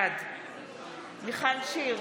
בעד מיכל שיר